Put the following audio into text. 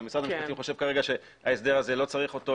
אבל משרד המשפטים חושב כרגע שלא צריך את ההסדר הזה,